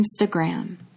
Instagram